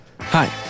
Hi